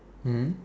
mmhmm